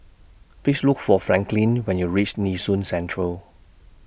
Please Look For Franklin when YOU REACH Nee Soon Central